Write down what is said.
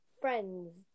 friend's